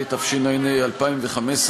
התשע"ה 2015,